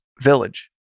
village